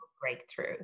breakthrough